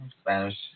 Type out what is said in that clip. Spanish